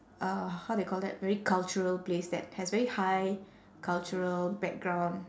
uh how they call that very cultural place that has very high cultural background